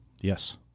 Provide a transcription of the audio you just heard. Yes